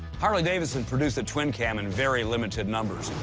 harley-davidson produced the twin cam in very limited numbers.